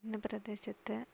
ഇന്ന് പ്രദേശത്ത്